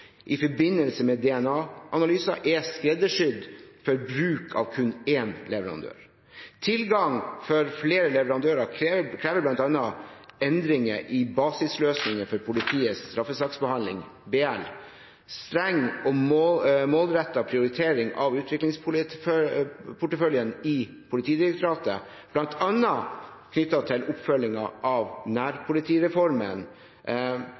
i forbindelse med DNA-analyser er skreddersydd for bruk av kun én leverandør. Tilgang for flere leverandører krever bl.a. endringer i basisløsningen for politiets straffesaksbehandling, BL. En streng og målrettet prioritering av utviklingsporteføljen i Politidirektoratet, bl.a. knyttet til oppfølgingen av